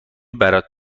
برات